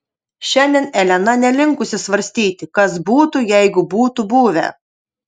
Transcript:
šiandien elena nelinkusi svarstyti kas būtų jeigu būtų buvę